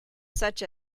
such